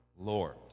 Lord